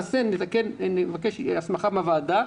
נבקש הסמכה מן הוועדה,